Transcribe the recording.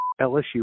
LSU